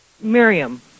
Miriam